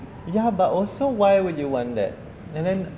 ya but also why would you want that and then